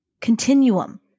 continuum